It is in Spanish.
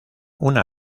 una